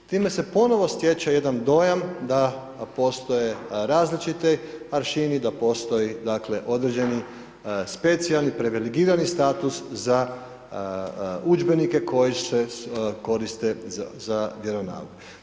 Time se ponovo stječe jedan dojam da postoje različiti aršini da postoji dakle određeni specijalni privilegirani status za udžbenike koji se koriste za vjeronauk.